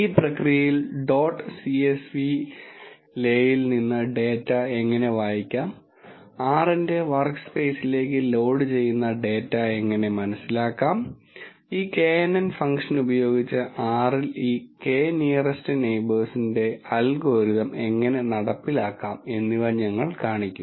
ഈ പ്രക്രിയയിൽ dot CSV le ൽ നിന്ന് ഡാറ്റ എങ്ങനെ വായിക്കാം R ന്റെ വർക്ക്സ്പെയ്സിലേക്ക് ലോഡ് ചെയ്യുന്ന ഡാറ്റ എങ്ങനെ മനസ്സിലാക്കാം ഈ knn ഫംഗ്ഷൻ ഉപയോഗിച്ച് R ൽ ഈ K നിയറെസ്റ് നെയിബേഴ്സിന്റെ അൽഗോരിതം എങ്ങനെ നടപ്പിലാക്കാം എന്നിവ ഞങ്ങൾ കാണിക്കും